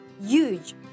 huge